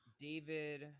David